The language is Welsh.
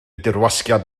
dirwasgiad